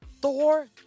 Thor